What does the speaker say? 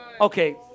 Okay